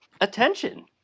attention